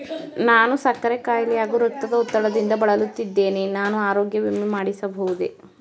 ನಾನು ಸಕ್ಕರೆ ಖಾಯಿಲೆ ಹಾಗೂ ರಕ್ತದ ಒತ್ತಡದಿಂದ ಬಳಲುತ್ತಿದ್ದೇನೆ ನಾನು ಆರೋಗ್ಯ ವಿಮೆ ಮಾಡಿಸಬಹುದೇ?